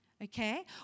Okay